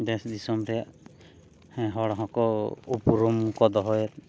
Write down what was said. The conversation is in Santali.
ᱫᱮᱥ ᱫᱤᱥᱚᱢ ᱨᱮᱭᱟᱜ ᱦᱚᱲ ᱦᱚᱸᱠᱚ ᱩᱯᱨᱩᱢ ᱠᱚ ᱫᱚᱦᱚᱭᱟ